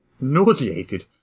nauseated